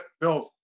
Phil